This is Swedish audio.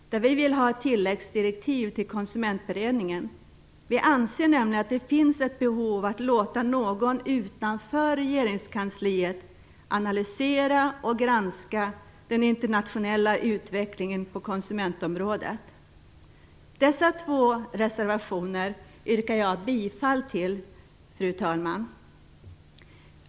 Vi vill ha ett tilläggsdirektiv till Konsumentberedningen. Vi anser nämligen att det finns ett behov att låta någon utanför regeringskansliet analysera och granska den internationella utvecklingen på konsumentområdet. Dessa två reservationer yrkar jag bifall till, fru talman.